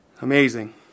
Amazing